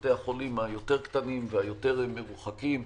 בבתי החולים היותר קטנים והיותר מרוחקים,